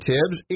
Tibbs